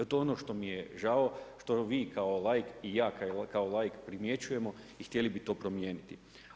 To je ono što mi je žao, što vi kao laik i ja kao laik primjećujemo i htjeli bi to promijeniti.